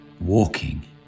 Walking